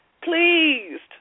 pleased